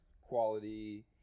quality